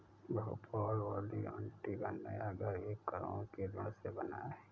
भोपाल वाली आंटी का नया घर एक करोड़ के ऋण से बना है